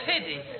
pity